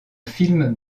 film